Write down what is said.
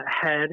head